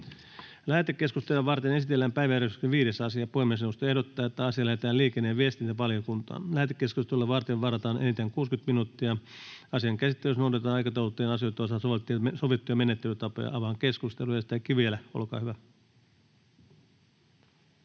Lähetekeskustelua varten esitellään päiväjärjestyksen 5. asia. Puhemiesneuvosto ehdottaa, että asia lähetetään liikenne- ja viestintävaliokuntaan. Lähetekeskusteluun varataan enintään 60 minuuttia. Asian käsittelyssä noudatetaan aikataulutettujen asioiden osalta sovittuja menettelytapoja. — Avaan keskustelun. Edustaja Kivelä, olkaa hyvä.